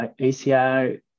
ACI